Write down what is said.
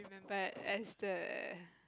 but as the